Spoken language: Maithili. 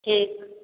ठीक